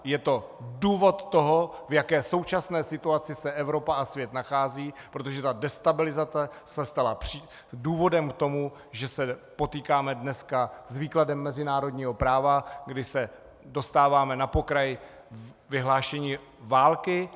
Je to důvod toho, v jaké současné situaci se Evropa a svět nachází, protože destabilizace se stala důvodem k tomu, že se dnes potýkáme s výkladem mezinárodního práva, kdy se dostáváme na pokraj vyhlášení války.